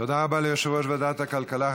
תודה רבה ליושב-ראש ועדת הכלכלה,